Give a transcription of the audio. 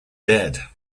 dead